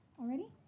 already